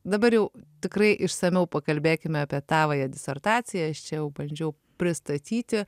dabar jau tikrai išsamiau pakalbėkime apie tavąją disertaciją aš čia jau bandžiau pristatyti